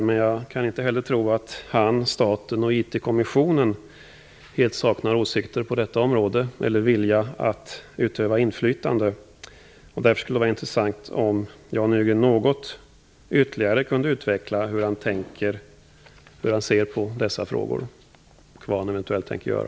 Men jag kan inte heller tro att staten och IT-kommissionen helt saknar åsikter på detta område eller vilja att utöva inflytande. Därför skulle det vara intressant om Jan Nygren något ytterligare kunde utveckla hur han ser på dessa frågor och vad han eventuellt tänker göra.